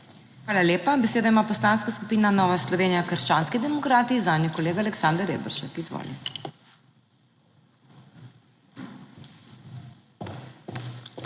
Hvala lepa. Besedo ima Poslanska skupina Nova Slovenija - krščanski demokrati, zanjo kolega Aleksander Reberšek. Izvoli.